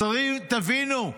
תבינו,